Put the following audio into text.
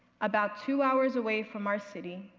about two hours away from our city,